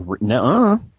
No